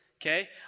okay